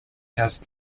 does